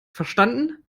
verstanden